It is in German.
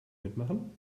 mitmachen